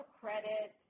credit